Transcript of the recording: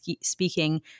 speaking